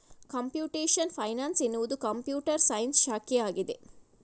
computation finance ಎನ್ನುವುದು computer science ಶಾಖೆಯಾಗಿದೆ